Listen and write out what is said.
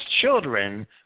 children